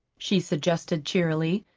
she suggested cheerily,